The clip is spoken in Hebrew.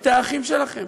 את האחים שלכם.